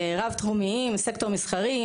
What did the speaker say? רב-תחומיים בסקטור מסחרי,